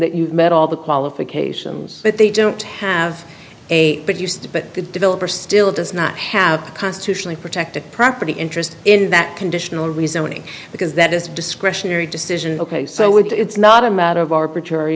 that you've met all the qualifications but they don't have a reduced but the developer still does not have a constitutionally protected property interest in that conditional reasoning because that is discretionary decision ok so it's not a matter of arbitrary